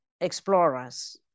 explorers